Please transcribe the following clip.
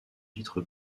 vitre